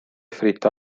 fritto